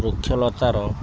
ବୃକ୍ଷଲତାର